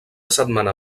setmana